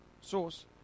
source